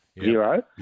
Zero